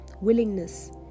willingness